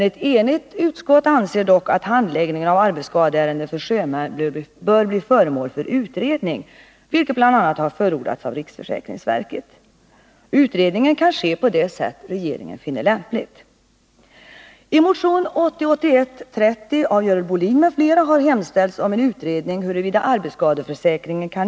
Ett enigt utskott anser dock att handläggningen av arbetsskadeärenden för sjömän bör bli föremål för utredning — vilket förordas bl.a. av riksförsäkringsverket.